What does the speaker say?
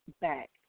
back